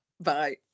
Bye